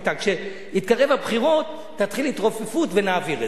כשיתקרבו הבחירות תתחיל התרופפות ונעביר את זה.